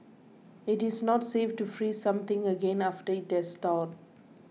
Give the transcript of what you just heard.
it is not safe to freeze something again after it has thawed